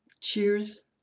Cheers